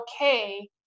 okay